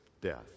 death